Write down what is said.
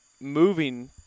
moving